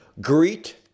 Greet